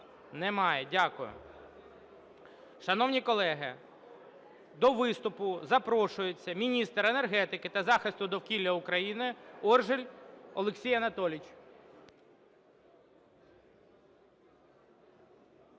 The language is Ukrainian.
Немає. Дякую. Шановні колеги, до виступу запрошується міністр енергетики та захисту довкілля України Оржель Олексій Анатолійович.